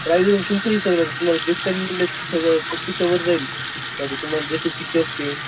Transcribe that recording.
prices तुमच्या हिशेबानं राहतं तुम्हाला दीड टन म्हणले थर्टी फोर्टीच्यावर जाईल आता तुम्हाला जसे फीचर्स ते